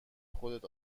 خودت